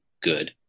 good